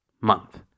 month